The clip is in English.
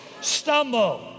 stumble